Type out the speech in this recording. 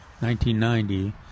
1990